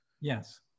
yes